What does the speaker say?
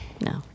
no